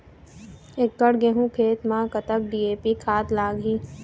एकड़ गेहूं खेत म कतक डी.ए.पी खाद लाग ही?